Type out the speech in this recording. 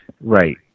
Right